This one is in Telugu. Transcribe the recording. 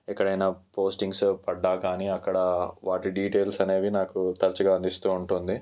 ఎక్కడైనా పోస్టింగ్స్ పడ్డా కానీ అక్కడ వాటి డీటెయిల్స్ అనేవి నాకు తరచుగా అందిస్తూ ఉంటుంది